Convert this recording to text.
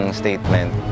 statement